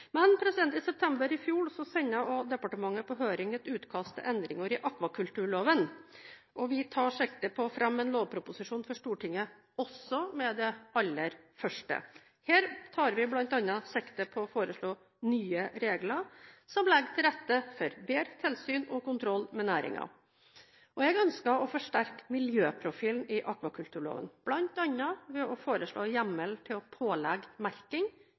I september i fjor sendte departementet på høring et utkast til endringer i akvakulturloven, og vi tar sikte på å fremme en lovproposisjon for Stortinget også med det aller første. Her tar vi bl.a. sikte på å foreslå nye regler som legger til rette for bedre tilsyn og kontroll med næringen. Jeg ønsker å forsterke miljøprofilen i akvakulturloven,